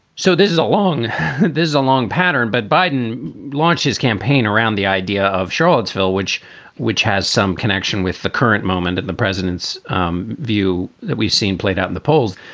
so this is a long there's a long pattern. but biden launched his campaign around the idea of charlottesville, which which has some connection with the current moment and the president's um view that we've seen played out in the polls,